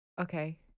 Okay